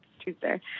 Tuesday